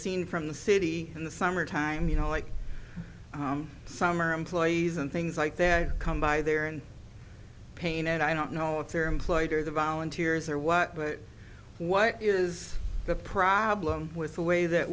seen from the city in the summer time you know like summer employees and things like that come by there and pain and i don't know if they're employed or the volunteers or what but what is the problem with the way that